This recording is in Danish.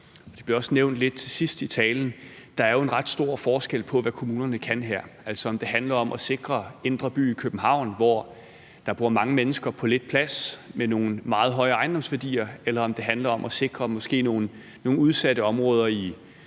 det blev også nævnt lidt til sidst i talen – at der er en ret stor forskel på, hvad kommunerne kan her, altså afhængigt af om det handler om at sikre indre by i København, hvor der bor mange mennesker på lidt plads med nogle meget høje ejendomsværdier, eller om det måske handler om at sikre nogle udsatte områder på Langeland